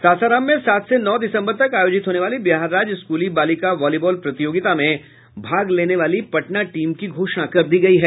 सासाराम में सात से नौ दिसम्बर तक आयोजित होने वाली बिहार राज्य स्कूली बालिका बॉलीबॉल प्रतियोगिता में भाग लेने वाली पटना टीम की घोषणा कर दी गयी है